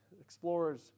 explorers